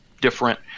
different